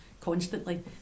constantly